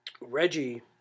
reggie